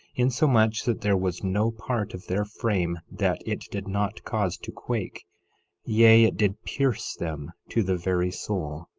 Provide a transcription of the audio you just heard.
insomuch that there was no part of their frame that it did not cause to quake yea, it did pierce them to the very soul,